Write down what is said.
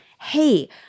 hey